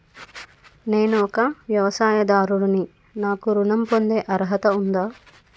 నేను ఒక వ్యవసాయదారుడిని నాకు ఋణం పొందే అర్హత ఉందా?